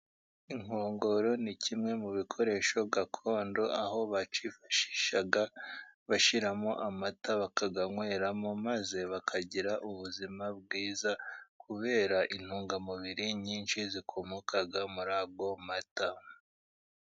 Inkongoro ni kimwe mu bikoresho gakondo, aho bacyifashisha bashyiramo amata, bakayanyweramo, maze bakagira ubuzima bwiza, kubera intungamubiri nyinshi zikomoka muri ayo mata.